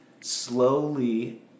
slowly